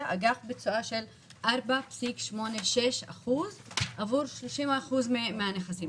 אג"ח בתשואה של 4.86% עבור 30% מהנכסים,